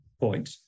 point